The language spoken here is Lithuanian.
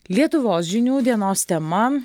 lietuvos žinių dienos tema